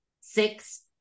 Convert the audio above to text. six